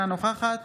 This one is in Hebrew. אינה נוכחת